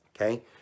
Okay